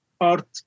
art